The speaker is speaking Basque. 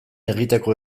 egiteko